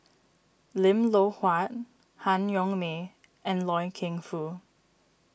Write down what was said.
Lim Loh Huat Han Yong May and Loy Keng Foo